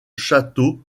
château